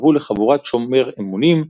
התקרבו לחבורת שומר אמונים,